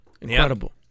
Incredible